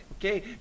okay